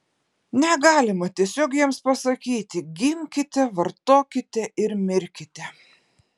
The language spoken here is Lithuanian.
negalima tiesiog jiems pasakyti gimkite vartokite ir mirkite